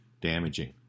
damaging